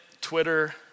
Twitter